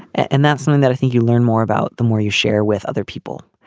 and that's something that i think you learn more about the more you share with other people.